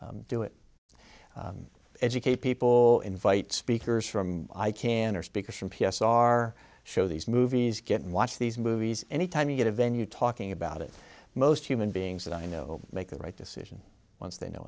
to do it educate people invite speakers from i can or speakers from p s r show these movies get and watch these movies any time you get a venue talking about it most human beings that i know make the right decision once they know